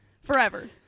Forever